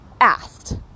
asked